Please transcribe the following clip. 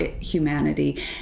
humanity